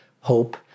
hope